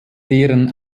deren